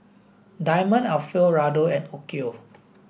Diamond Alfio Raldo and Onkyo